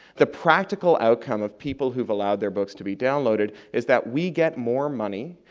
the practical outcome of people who've allowed their books to be downloaded, is that we get more money,